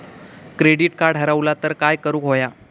Credit card हरवला तर काय करुक होया?